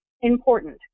important